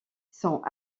sont